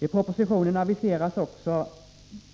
I propositionen aviseras också